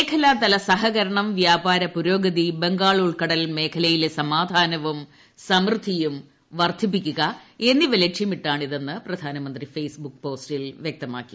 മേഖലാതല സഹകരണം വ്യപാരപുരോഗതി ബംഗാൾ ഉൾക്കടൽ മേഖലയിലെ സമാധാനവും സമൃദ്ധിയും വർദ്ധിപ്പിക്കുക എന്നിവ ലക്ഷ്യമിട്ടാണ് ഇതെന്ന് പ്രധാനമന്ത്രി ഫെയ്സ്ബുക്ക് പോസ്റ്റിൽ വ്യക്തമാക്കി